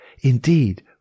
Indeed